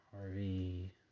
Harvey